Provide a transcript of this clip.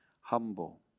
Humble